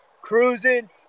cruising